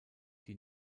die